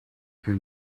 can